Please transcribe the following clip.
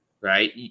Right